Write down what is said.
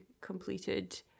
completed